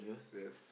yes